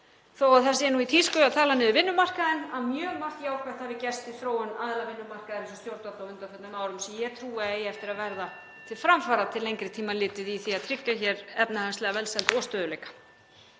þó að það sé í tísku að tala niður vinnumarkaðinn, að mjög margt jákvætt hafi gerst í þróun mála aðila vinnumarkaðarins og stjórnvalda á undanförnum árum sem ég trúi að eigi eftir að verða til framfara til lengri tíma litið í því að tryggja hér efnahagslega velsæld og stöðugleika.